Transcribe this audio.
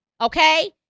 okay